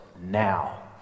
Now